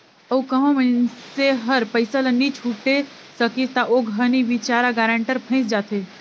अउ कहों मइनसे हर पइसा ल नी छुटे सकिस ता ओ घनी बिचारा गारंटर फंइस जाथे